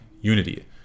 unity